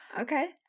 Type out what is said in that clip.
Okay